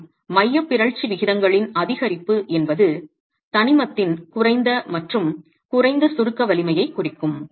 மற்றும் மையப் பிறழ்ச்சி விகிதங்களின் அதிகரிப்பு என்பது தனிமத்தின் குறைந்த மற்றும் குறைந்த சுருக்க வலிமையைக் குறிக்கும்